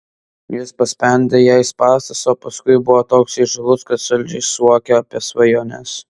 jis paspendė jai spąstus o paskui buvo toks įžūlus kad saldžiai suokė apie svajones